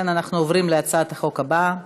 אנחנו עוברים להצעת החוק הבאה: